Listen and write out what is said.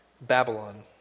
Babylon